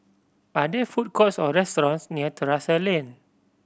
are there food courts or restaurants near Terrasse Lane